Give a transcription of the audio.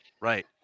Right